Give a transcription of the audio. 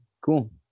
cool